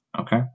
Okay